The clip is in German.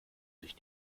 sich